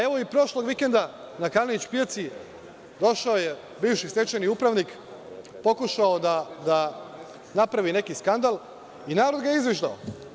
Evo, i prošlog vikenda na Kalenić pijacu došao je bivši stečajni upravnik, pokušao da napravi neki skandal i narod ga izviždao.